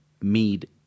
Mead